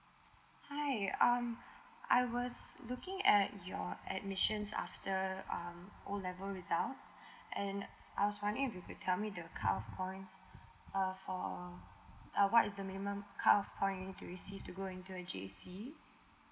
hi um I was looking at your admission after um O level results and I was wondering if you could tell me the cut off points uh for uh what is the minimum cut off points to receive to go into the J_C